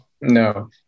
No